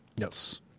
Yes